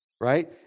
Right